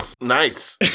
nice